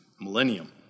millennium